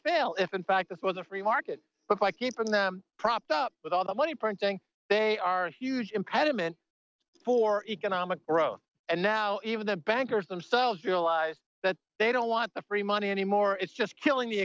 fail if in fact that's what the free market but by keeping them propped up with all the money printing they are huge impediment for economic growth and now even the bankers themselves realize that they don't want the free money any more it's just killing the